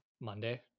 Monday